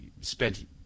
spent